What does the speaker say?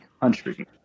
country